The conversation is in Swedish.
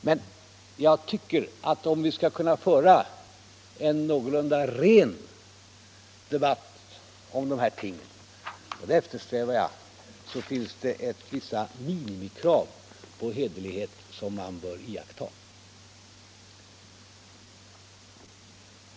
Om vi emellertid skall kunna föra en någorlunda ren debatt om de här tingen — och det eftersträvar jag — bör man iaktta vissa minimikrav på hederlighet.